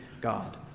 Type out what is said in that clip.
God